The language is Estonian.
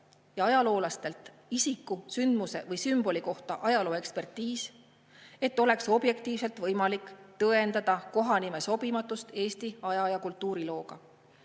ajaloolastelt isiku, sündmuse või sümboli kohta käiv ekspertiis, et oleks objektiivselt võimalik tõendada kohanime sobimatust Eesti aja- ja kultuurilooga.